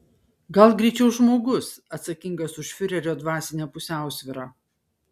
gal greičiau žmogus atsakingas už fiurerio dvasinę pusiausvyrą